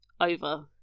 over